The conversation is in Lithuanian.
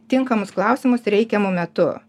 tinkamus klausimus reikiamu metu